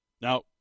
Now